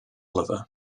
oliver